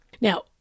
Now